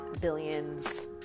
Billions